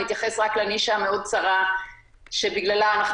אתייחס רק לנישה המאוד צרה שבגללה אנחנו